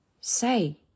Say